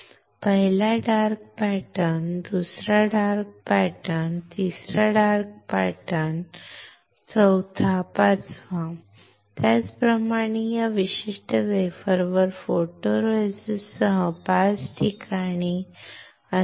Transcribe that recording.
पहिला dark pattern दुसरा dark pattern तिसरा डार्क पॅटर्न चौथा डार्क पॅटर्न पाचवा डार्क पॅटर्न त्याचप्रमाणे या विशिष्ट वेफरवर फोटोरेसिस्ट 5 ठिकाणी असेल